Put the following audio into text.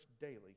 daily